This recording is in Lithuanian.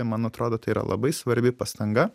man atrodo tai yra labai svarbi pastanga